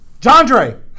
Jandre